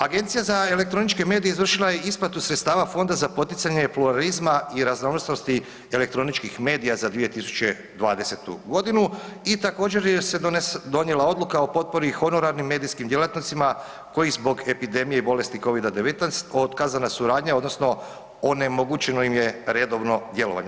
Agencija za elektroničke medije izvršila je isplatu sredstava Fonda za poticanje pluralizma i raznovrsnosti elektroničkih medija za 2020. i također je se donijela odluka o potpori honorarnim medijskim djelatnostima koji zbog epidemije i bolesti Covid-19 otkazana suradnja odnosno onemogućeno im je redovno djelovanje.